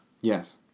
yes